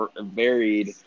varied